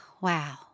wow